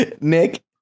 Nick